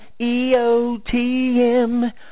EOTM